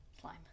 slime